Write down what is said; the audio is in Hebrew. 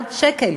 ממיליארד שקל.